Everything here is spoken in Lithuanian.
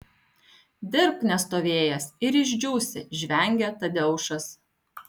dirbk nestovėjęs ir išdžiūsi žvengia tadeušas